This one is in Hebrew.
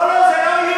לא, לא, לא, זה לא איום.